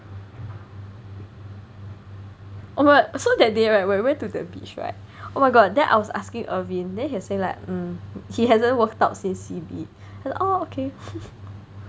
oh my god so that day right when we went to the beach right oh my god then I was asking Ervin then he saying like mm he hasn't worked out since C_B then oh okay